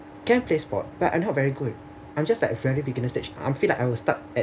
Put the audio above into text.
can play sport but I'm not very good I'm just like very beginner stage I feel like I will stuck at